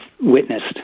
witnessed